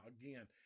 again